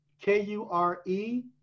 K-U-R-E